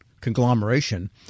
conglomeration